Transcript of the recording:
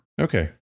Okay